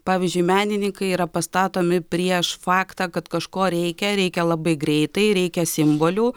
pavyzdžiui menininkai yra pastatomi prieš faktą kad kažko reikia reikia labai greitai reikia simbolių